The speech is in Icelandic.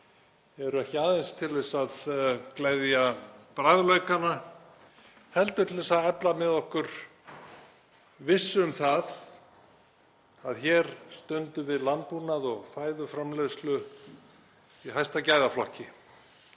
eru ekki aðeins til að gleðja bragðlaukana heldur til að efla með okkur vissu um það að hér stundum við landbúnað og fæðuframleiðslu í hæsta gæðaflokki.